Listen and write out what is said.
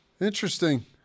Interesting